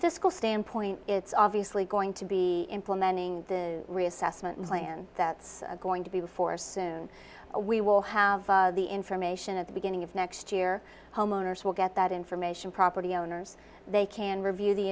fiscal standpoint it's obviously going to be implementing the reassessment plan that's going to be before soon we will have the information at the beginning of next year homeowners will get that information property owners they can review the